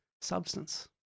substance